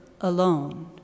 alone